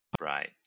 Right